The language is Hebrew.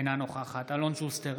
אינה נוכחת אלון שוסטר,